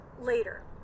later